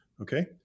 okay